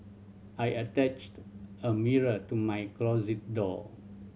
I attached a mirror to my closet door